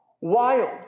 Wild